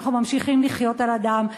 אנחנו ממשיכים לחיות על הדם,